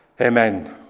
Amen